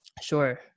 sure